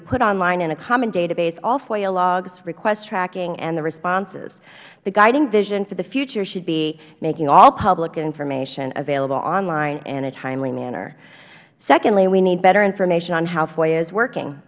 to put online in a common database all foia logs request tracking and the responses a guiding vision for the future should be making all public information available online in a timely manner secondly we need better information on how foia is working